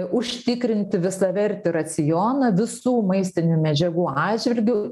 užtikrinti visavertį racioną visų maistinių medžiagų atžvilgiu